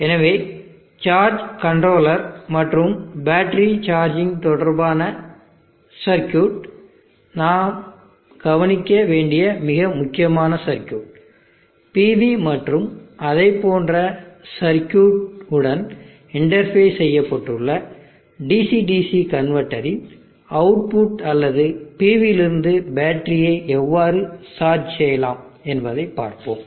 எனவே charge controller மற்றும் battery charging தொடர்பான சர்க்யூட் இது நாம் கவனிக்க வேண்டிய மிக முக்கியமான சர்க்யூட் PV மற்றும் அதைப்போன்ற சர்க்யூட் உடன் இன்டர்பேஸ் செய்யப்பட்டுள்ள DC DC கன்வெர்ட்டரின் அவுட்புட் அல்லது PV யிலிருந்து பேட்டரியை எவ்வாறு சார்ஜ் செய்யலாம் என்பதை பார்ப்போம்